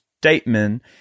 Statement